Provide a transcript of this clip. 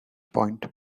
point